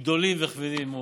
גדולים וכבדים מאוד.